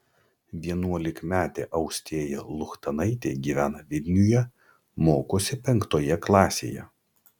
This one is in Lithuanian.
vienuolikmetė austėja luchtanaitė gyvena vilniuje mokosi penktoje klasėje